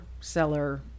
seller